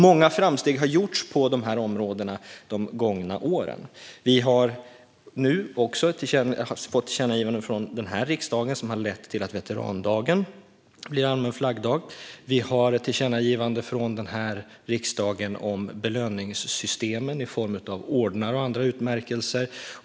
Många framsteg har gjorts på dessa områden under de gångna åren. Vi har nu fått ett tillkännagivande från denna riksdag som har lett till att veterandagen blir allmän flaggdag. Vi har ett tillkännagivande från denna riksdag om belöningssystemen i form av ordnar och andra utmärkelser.